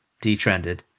detrended